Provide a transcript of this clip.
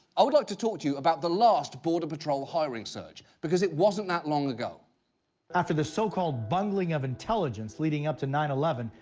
i would like to talk to you about the last border patrol hiring surge, because it wasn't that long ago. newscaster after the so-called bungling of intelligence leading up to nine eleven,